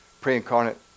pre-incarnate